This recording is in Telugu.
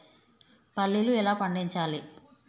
పల్లీలు ఎలా పండించాలి?